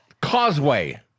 Causeway